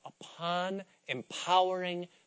upon-empowering